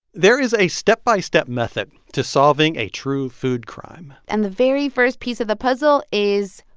there is a step-by-step method to solving a true food crime and the very first piece of the puzzle is,